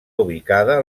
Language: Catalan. ubicada